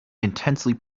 intensely